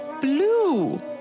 Blue